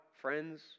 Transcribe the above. friends